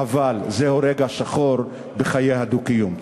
חבל, זהו רגע שחור בחיי הדו-קיום.